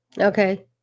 Okay